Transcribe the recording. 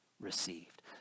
received